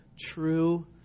true